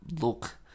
look